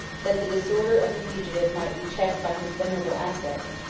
that the disorder of the fugitive might be checked by his venerable aspect,